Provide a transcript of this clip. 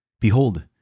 Behold